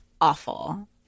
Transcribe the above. awful